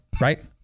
Right